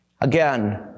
Again